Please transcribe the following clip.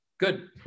Good